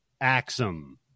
Axum